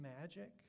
magic